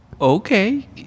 Okay